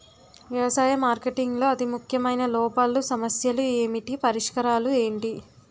వ్యవసాయ మార్కెటింగ్ లో అతి ముఖ్యమైన లోపాలు సమస్యలు ఏమిటి పరిష్కారాలు ఏంటి?